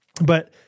but-